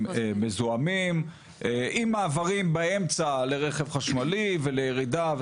מזוהמים עם מעברים באמצע לרכב חשמלי ולירידה.